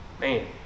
Man